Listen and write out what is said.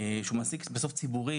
שהוא בסוף מעסיק ציבורי,